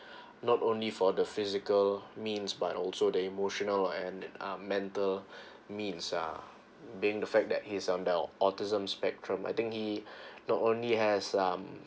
not only for the physical means but also the emotional and um mental means ah being the fact that he is on the autism spectrum I think he not only has some